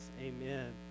Amen